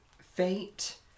fate